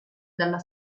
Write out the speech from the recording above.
dalla